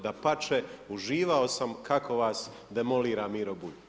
Dapače, uživao sam kako vas demolira Miro Bulj.